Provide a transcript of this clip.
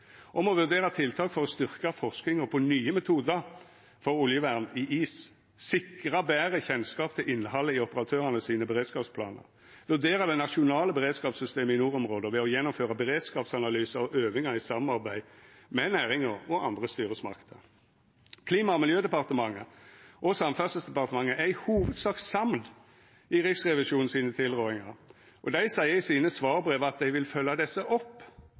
og Kystverket, om å vurdera tiltak for å styrkja forskinga på nye metodar for oljevern i is sikra betre kjennskap til innhaldet i operatørane sine beredskapsplanar vurdera det nasjonale beredskapssystemet i nordområda ved å gjennomføra beredskapsanalysar og øvingar i samarbeid med næringa og andre styresmakter Klima- og miljødepartementet og Samferdselsdepartementet er i hovudsak samd i Riksrevisjonen sine tilrådingar, og dei seier i sine svarbrev at dei vil følgja dei opp.